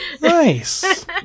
Nice